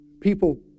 people